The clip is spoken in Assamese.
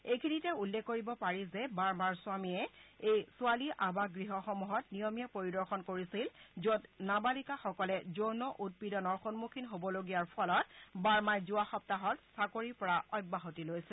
এইখিনিতে উল্লেখ কৰিব পাৰি যে বাৰ্মাৰ স্বমীয়ে এই ছোৱালী আৱাস গৃহসমূহত নিয়মীয়া পৰিদৰ্শন কৰিছিল য'ত নাবালিকাসকলে যৌন উৎপীড়নৰ সন্মুখীন হবলগীয়াৰ ফলত বাৰ্মাই যোৱা সপ্তাহত চাকৰিৰ পৰা অব্যাহতি লৈছিল